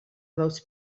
most